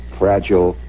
fragile